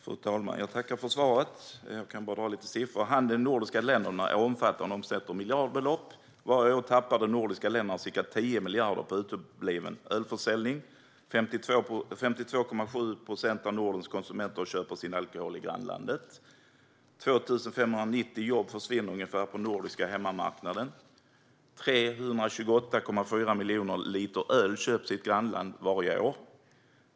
Fru talman! Jag tackar för svaret. Jag kan dra lite siffror. Handeln i de nordiska länderna är omfattande och omsätter miljardbelopp. Varje år tappar de nordiska länderna ca 10 miljarder på utebliven ölförsäljning. Det är 52,7 procent av Nordens konsumenter som köper sin alkohol i grannlandet. Det försvinner ungefär 2 590 jobb på den nordiska hemmamarknaden. Det är 328,4 miljoner liter öl som köps i ett grannland varje år.